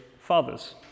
fathers